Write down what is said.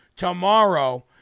tomorrow